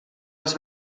als